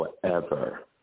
forever